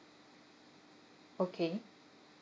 okay